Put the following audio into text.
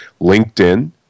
LinkedIn